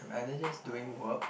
I'm either just doing work